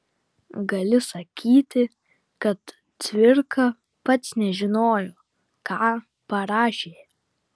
gali sakyti kad cvirka pats nežinojo ką parašė